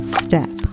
step